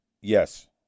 Yes